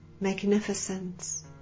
magnificence